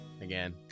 again